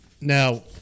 Now